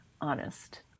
honest